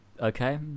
okay